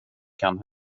kan